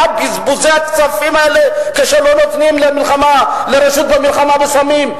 מה בזבוזי הכספים האלה כשלא נותנים לרשות למלחמה בסמים?